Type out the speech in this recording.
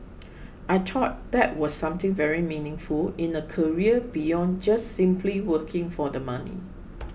I thought that was something very meaningful in a career beyond just simply working for the money